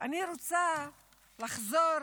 אני רוצה לחזור